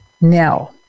now